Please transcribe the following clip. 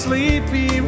Sleepy